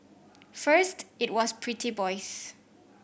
first it was pretty boys